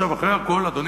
אחרי הכול, אדוני,